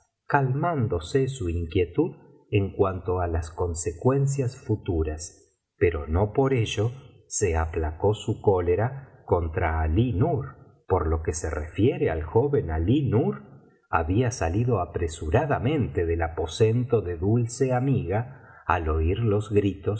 calmándose su inquietud en cuanto á las consecuencias futuras pero no por ello se aplacó su cólera contra alí nur por lo que se refiere al joven alí nur había salido apresuradamente del aposento de dulce a miga al oír los gritos